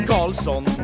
Carlson